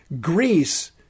Greece